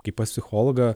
kai pas psichologą